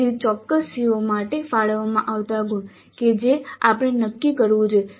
તેથી ચોક્કસ CO માટે ફાળવવામાં આવતા ગુણ કે જે આપણે નક્કી કરવું જોઈએ